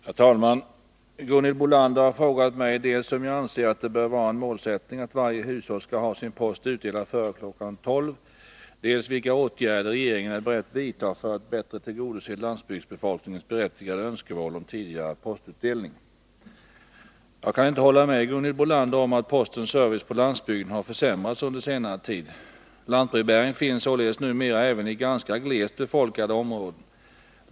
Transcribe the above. Herr talman! Gunhild Bolander har frågat mig dels om jag anser att det bör vara en målsättning att varje hushåll skall ha sin post utdelad före kl. 12.00, dels vilka åtgärder regeringen är beredd att vidta för att bättre tillgodose landsbygdsbefolkningens berättigade önskemål om tidigare postutdelning. Jag kan inte hålla med Gunhild Bolander om att postens service på landsbygden har försämrats under senare tid. Lantbrevbäring finns således numera även i ganska glest befolkade områden.